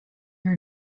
your